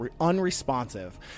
unresponsive